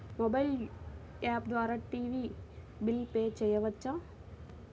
Mobile app ద్వారా TV bill pay చేయవచ్చా?